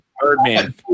Birdman